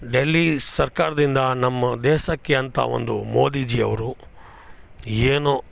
ಡೆಲ್ಲಿ ಸರ್ಕಾರದಿಂದ ನಮ್ಮ ದೇಶಕ್ಕೆ ಅಂತ ಒಂದು ಮೋದೀಜಿ ಅವರು ಏನೋ